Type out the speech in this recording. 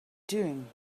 doing